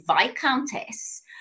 Viscountess